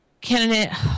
Candidate